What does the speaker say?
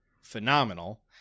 phenomenal